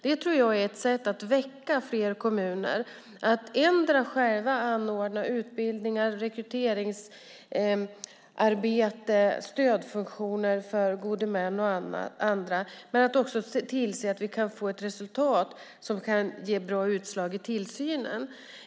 Jag tror att det är ett sätt att väcka fler kommuner så att de själva anordnar utbildningar, rekryteringar och stödfunktioner för gode män och andra och tillser att vi får ett resultat som kan ge bra utslag i tillsynen.